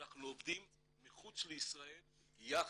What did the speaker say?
ואנחנו עובדים מחוץ לישראל יחד.